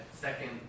second